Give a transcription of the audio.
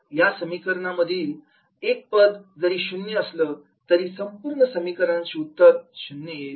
या समिकरणा मधील एक जरी पद शून्य आलं तर पूर्ण समीकरणाचे उत्तर शून्य येईल